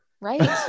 Right